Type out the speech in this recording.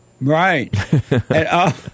Right